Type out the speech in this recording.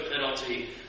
penalty